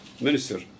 Minister